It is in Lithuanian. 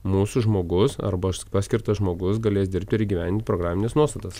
mūsų žmogus arba aš paskirtas žmogus galės dirbti ir įgyvendinti programines nuostatas